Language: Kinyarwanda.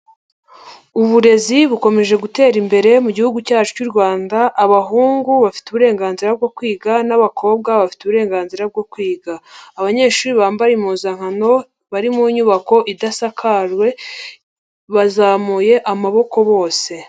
Uburezi bukomeje gutera imbere mu gihugu cyacu cy'u Rwanda, abahungu bafite uburenganzira bwo kwiga n'abakobwa bafite uburenganzira bwo kwiga. Abanyeshuri bambaye impuzankano bari mu nyubako idasakawe bazamuye amaboko bose.